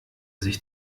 sich